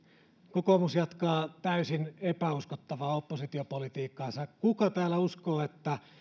kokoomus jatkaa täysin epäuskottavaa oppositiopolitiikkaansa kuka täällä uskoo että